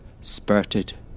spurted